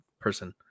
person